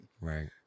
Right